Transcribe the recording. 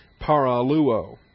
Paraluo